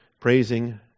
praising